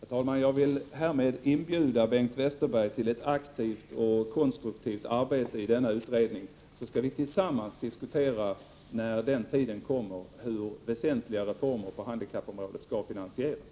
Herr talman! Jag vill härmed inbjuda Bengt Westerberg till ett aktivt och konstruktivt arbete i denna utredning, så skall vi tillsammans, när den tiden kommer, diskutera hur väsentliga reformer på handikappområdet skall finansieras.